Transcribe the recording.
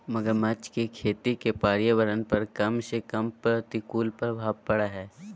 मगरमच्छ के खेती के पर्यावरण पर कम से कम प्रतिकूल प्रभाव पड़य हइ